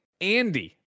Andy